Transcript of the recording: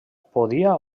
podia